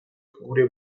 gure